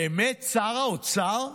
באמת, שר האוצר?